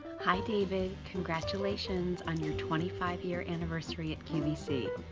i mean congratulations on your twenty five year anniversary at qvc.